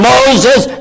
Moses